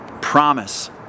promise